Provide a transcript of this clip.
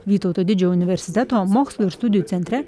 vytauto didžiojo universiteto mokslo ir studijų centre